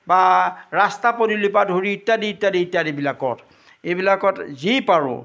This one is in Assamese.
বা ৰাস্তা পদূলিৰ পৰা ধৰি ইত্যাদি ইত্যাদি ইত্যাদিবিলাকত এইবিলাকত যি পাৰোঁ